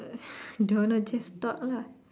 don't know just talk lah